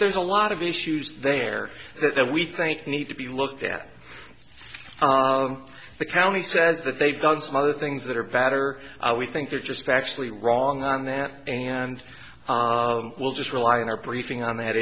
there's a lot of issues there that we think need to be looked at the county says that they've done some other things that are better we think they're just actually wrong on that and we'll just rely on our briefing on that